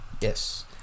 yes